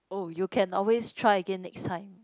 oh you can always try again next time